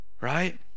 Right